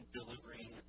delivering